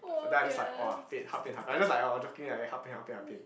then I just like !wah! fake helping I just like oh joking like that helping helping helping